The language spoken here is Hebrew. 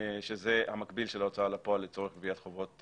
שזה המקביל של ההוצאה לפועל לצורך גביית חובות